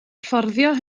fforddio